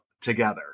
together